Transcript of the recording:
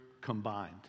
combined